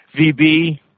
VB